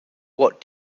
what